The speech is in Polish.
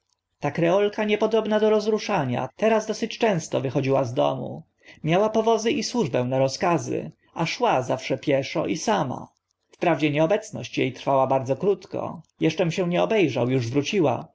ta kreolka niepodobna do rozruszania teraz dosyć często wychodziła z domu miała powozy i służbę na rozkazy a szła zwykle pieszo i sama wprawdzie nieobecność e trwała bardzo krótko eszczem się nie obe rzał uż wróciła